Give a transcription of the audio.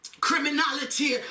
criminality